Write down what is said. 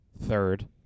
third